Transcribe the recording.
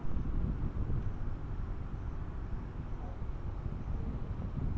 কুনো মাসে টাকার টান পড়লে কি ব্যাংক থাকি ছোটো অঙ্কের লোন পাবার কুনো ব্যাবস্থা আছে?